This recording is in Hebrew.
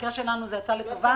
במקרה שלנו זה יצא לטובה,